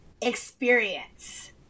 experience